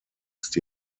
ist